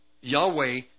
Yahweh